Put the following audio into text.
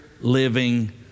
living